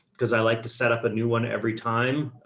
cause i like to set up a new one every time.